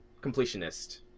completionist